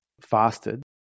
fasted